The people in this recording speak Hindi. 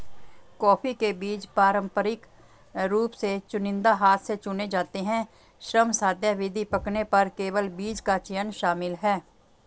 कॉफ़ी के बीज पारंपरिक रूप से चुनिंदा हाथ से चुने जाते हैं, श्रमसाध्य विधि, पकने पर केवल बीज का चयन शामिल है